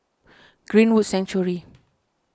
Greenwood Sanctuary